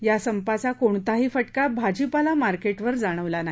या संपाचा कोणताही फटका भाजीपाला मार्केट वर जाणवला नाही